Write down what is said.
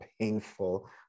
painful